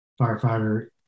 firefighter